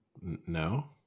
no